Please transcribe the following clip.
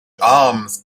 arms